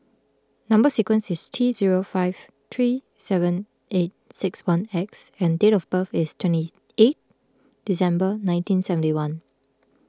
Number Sequence is T zero five three seven eight six one X and date of birth is twenty eight December nineteen seventy one